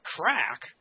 crack